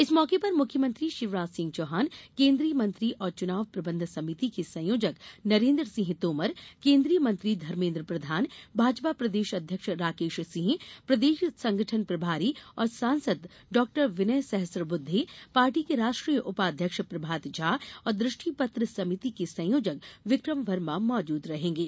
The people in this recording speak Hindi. इस मौके पर मुख्यमंत्री शिवराज सिंह चौहान केन्द्रीय मंत्री और चुनाव प्रबंध समिति के संयोजक नरेन्द्र सिंह तोमर केन्द्रीय मंत्री धर्मेन्द्र प्रधान भाजपा प्रदेश अध्यक्ष राकेश सिंह प्रदेश संगठन प्रभारी और सांसद डॉ विनय सहस्त्रबुद्वे पार्टी के राष्ट्रीय उपाध्यक्ष प्रभात झा और दृष्टिपत्र समिति के संयोजक विक्रम वर्मा मौजूद रहेंगे